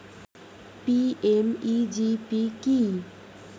PMEGP কি?